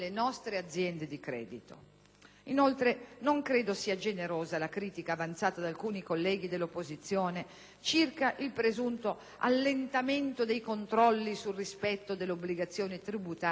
Inoltre, non credo sia generosa la critica avanzata da alcuni colleghi dell'opposizione circa il presunto allentamento dei controlli sul rispetto dell'obbligazione tributaria e sulla lotta all'evasione.